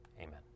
Amen